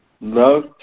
Love